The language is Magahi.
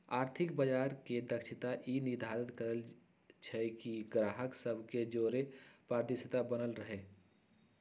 आर्थिक बजार के दक्षता ई निर्धारित करइ छइ कि गाहक सभ के जओरे पारदर्शिता बनल रहे